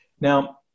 Now